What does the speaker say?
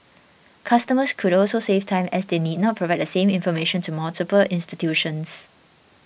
customers could also save time as they need not provide the same information to multiple institutions